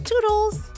toodles